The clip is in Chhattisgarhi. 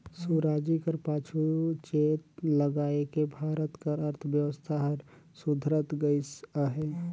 सुराजी कर पाछू चेत लगाएके भारत कर अर्थबेवस्था हर सुधरत गइस अहे